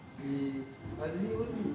si azmi pun